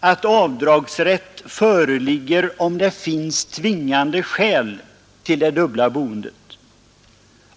att avdragsrätt föreligger om det finns tvingande skäl till det dubbla boendet.